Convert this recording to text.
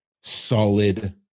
solid